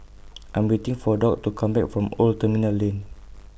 I Am waiting For Doctor to Come Back from Old Terminal Lane